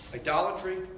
Idolatry